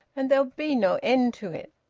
and there'll be no end to it.